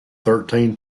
thirteen